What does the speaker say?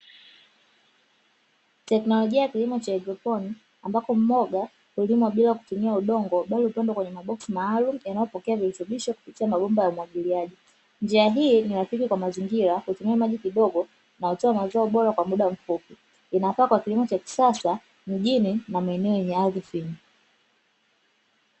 Teknolojia ya kilimo cha haidroponi ambapo mboga hulimwa bila kutumia udongo, iliyopangwa kwenye maboksi maalumu yanayopokea virutubisho kupitia mabomba ya umwagiliaji. Njia hii ni rafiki kwa mazingira hutumia maji kidogo na hutoa mazao bora kwa muda mfupi, inafaa kwa kilimo cha kisasa mjini na maeneo yenye ardhi finyu.